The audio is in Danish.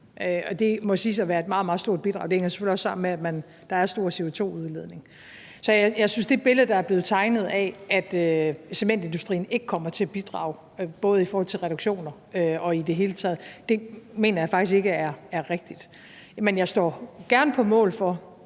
det må siges at være et meget, meget stort bidrag. Det hænger selvfølgelig også sammen med, at der er store CO2-udledninger. Så det billede, der er blevet tegnet af, at cementindustrien ikke kommer til at bidrage, både i forhold til reduktioner og i det hele taget, mener jeg faktisk ikke er rigtigt. Men jeg står gerne på mål for,